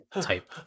type